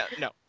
no